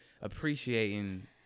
appreciating